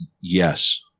Yes